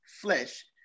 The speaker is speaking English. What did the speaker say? flesh